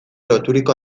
loturiko